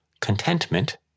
contentment